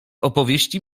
opowieści